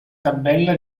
tabella